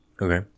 Okay